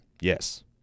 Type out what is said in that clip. Yes